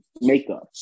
makeup